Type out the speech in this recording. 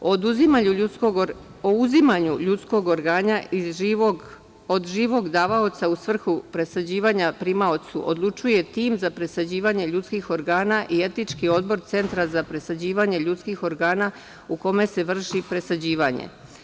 O uzimanju ljudskog organa od živog davaoca u svrhu presađivanja primaocu odlučuje tim za presađivanje ljudskih organa i etički odbor centra za presađivanje ljudskih organa u kome se vrši presađivanje.